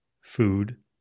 food